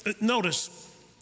notice